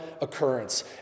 occurrence